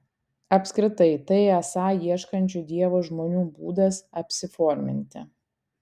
apskritai tai esą ieškančių dievo žmonių būdas apsiforminti